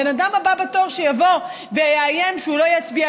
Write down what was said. הבן אדם הבא בתור שיבוא ויאיים שהוא לא יצביע